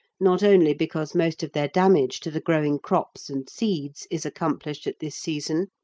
not only because most of their damage to the growing crops and seeds is accomplished at this season,